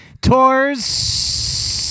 Tours